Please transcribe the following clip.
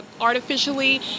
artificially